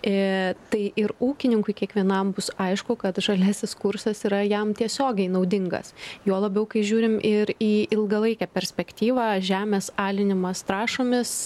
tai ir ūkininkui kiekvienam bus aišku kad žaliasis kursas yra jam tiesiogiai naudingas juo labiau kai žiūrime ir į ilgalaikę perspektyvą žemės alinimas trašomis